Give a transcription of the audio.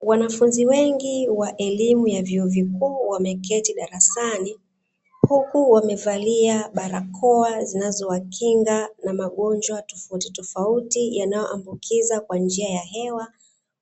Wanafunzi wengi wa elimu ya vyuo vikuu wameketi darasani, huku wamevalia barakoa zinazowakinga na magonjwa tofautitofauti yanayoambukiza kwa njia ya hewa,